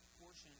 portion